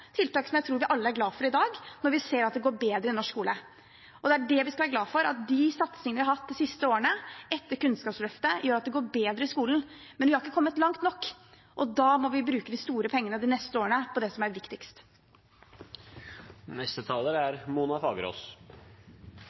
tiltak man kunne prioritere, tiltak jeg tror vi alle er glad for i dag, når vi ser at det går bedre i norsk skole. Det skal vi være glad for. De satsingene vi har hatt de siste årene etter Kunnskapsløftet, gjør at det går bedre i skolen. Men vi har ikke kommet langt nok, og da må vi de neste årene bruke de store pengene på det som er viktigst. Jeg begynner å få litt lavt blodsukker – beklager hvis jeg er